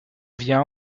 vient